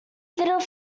little